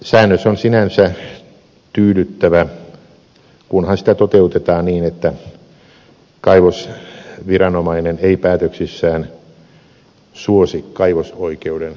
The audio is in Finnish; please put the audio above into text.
säännös on sinänsä tyydyttävä kunhan sitä toteutetaan niin että kaivosviranomainen ei päätöksissään suosi kaivosoikeuden haltijaa